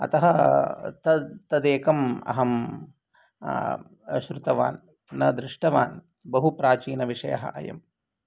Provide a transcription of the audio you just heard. अतः तत् तदेकम् अहं श्रुतवान् न दृष्टवान् बहु प्राचीनविषयः अयम्